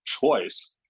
choice